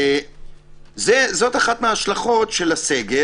זו אחת מהשלכות הסגר.